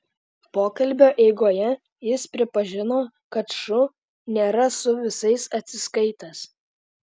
pokalbio eigoje jis pripažino kad šu nėra su visais atsiskaitęs